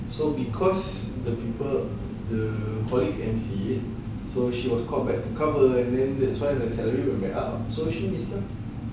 so because the people the colleagues M_C so she was called back to cover and then that's why the salary will be up